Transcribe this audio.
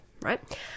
right